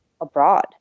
abroad